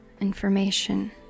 information